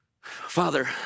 Father